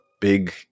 big